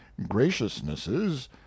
graciousnesses